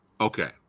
okay